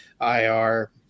IR